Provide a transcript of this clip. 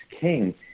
king